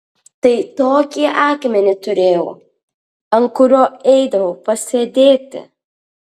tai tokį akmenį turėjau ant kurio eidavau pasėdėti